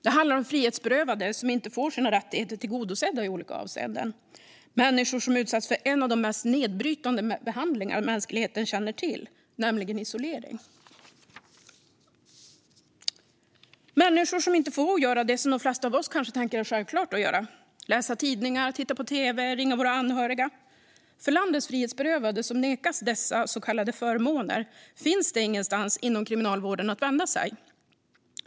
Det handlar om frihetsberövade som inte får sina rättigheter tillgodosedda i olika avseenden - människor som utsätts för en av de mest nedbrytande behandlingar mänskligheten känner till, nämligen isolering. Det handlar om människor som inte får göra det som de flesta av oss tänker är självklart att göra som att läsa tidningar, titta på tv eller ringa våra anhöriga. För landets frihetsberövade som nekas dessa så kallade förmåner finns det ingenstans inom Kriminalvården att vända sig.